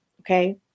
Okay